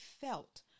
felt